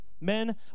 Men